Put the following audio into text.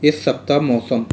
इस सप्ताह मौसम